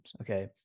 Okay